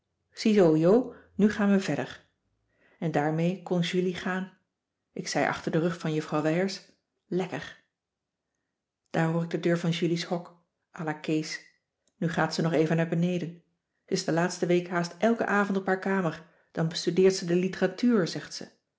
jo nu gaan we verder en daarmee kon julie gaan ik zei achter den rug van juffrouw wijers lekker daar hoor ik de deur van julies hok à la kees nu gaat ze nog even naar beneden ze is de laatste week haast elken avond op haar kamer dan bestudeert ze de literatuur zegt ze